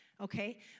Okay